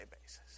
basis